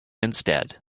instead